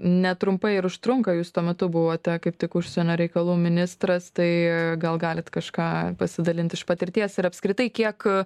netrumpai ir užtrunka jūs tuo metu buvote kaip tik užsienio reikalų ministras tai gal galit kažką pasidalinti iš patirties ir apskritai kiek